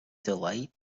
delight